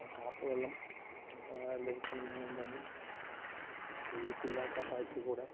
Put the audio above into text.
tap വെള്ളം ലഭിക്കണമെന്നുണ്ടെങ്കില് ലീക്കില്ലാത്ത പൈപ്പില്ക്കൂടെ